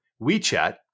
WeChat